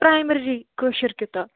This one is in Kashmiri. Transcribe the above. پرایمری کٲشر کتاب